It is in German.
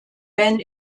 ban